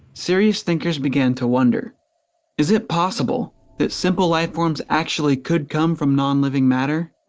serious thinkers began to wonder is it possible that simple life forms actually could come from non-living matter?